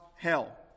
hell